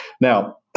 now